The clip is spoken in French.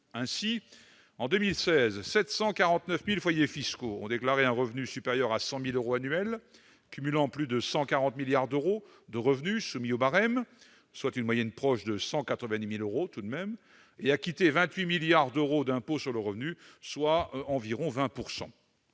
Ainsi, en 2016, 749 000 foyers fiscaux ont déclaré un revenu supérieur à 100 000 euros annuels- ils cumulent plus de 140 milliards d'euros de revenus soumis au barème, soit une moyenne proche de 190 000 euros par foyer, tout de même -et acquitté 28 milliards d'euros d'impôt sur le revenu, soit environ 20